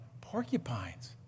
porcupines